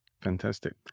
Fantastic